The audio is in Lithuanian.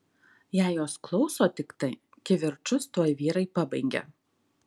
jei jos klauso tiktai kivirčus tuoj vyrai pabaigia